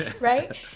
right